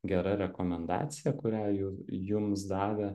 gera rekomendacija kurią jūs jums davė